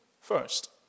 first